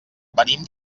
venim